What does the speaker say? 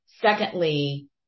secondly